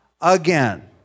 again